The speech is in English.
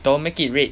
don't make it red